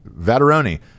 Vatteroni